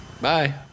Bye